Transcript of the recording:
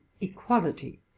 equality